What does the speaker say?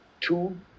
two